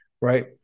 Right